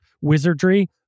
wizardry